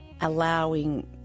allowing